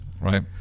right